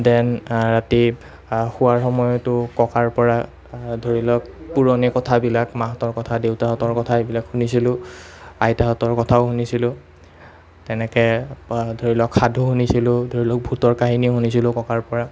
ডেন ৰাতি শোৱাৰ সময়তো ককাৰ পৰা ধৰি লওক পুৰণি কথাবিলাক মাহঁতৰ কথা দেউতাহঁতৰ কথা এইবিলাক শুনিছিলোঁ আইতাহঁতৰ কথাও শুনিছিলোঁ তেনেকৈ ধৰি লওক সাধু শুনিছিলোঁ ধৰি লওক ভূতৰ কাহিনী শুনিছিলোঁ ককাৰ পৰা